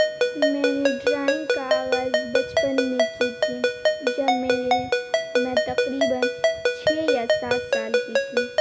میں نے ڈرائنگ کا آغاز بچپن میں کی تھی جب میرے میں تقریباً چھ یا سات سال کی تھی